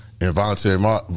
involuntary